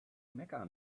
mecca